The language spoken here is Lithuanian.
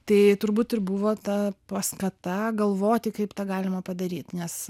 tai turbūt ir buvo ta paskata galvoti kaip tą galima padaryt nes